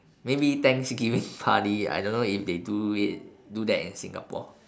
maybe thanksgiving party I don't know if they do it do that in singapore